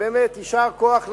ובאמת יישר כוח לך,